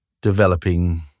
developing